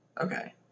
Okay